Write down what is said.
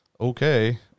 okay